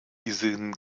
diesen